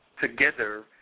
together